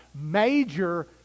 major